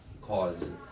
cause